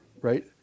right